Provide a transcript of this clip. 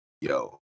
yo